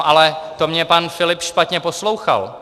Ale to mě pan Filip špatně poslouchal.